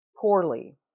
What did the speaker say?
poorly